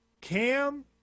Cam